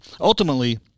ultimately